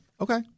Okay